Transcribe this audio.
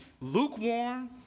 lukewarm